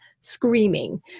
screaming